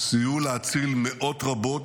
סייעו להציל מאות רבות,